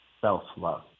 self-love